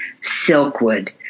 Silkwood